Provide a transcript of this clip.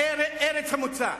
ארץ המוצא.